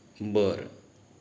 बरं